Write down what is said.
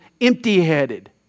empty-headed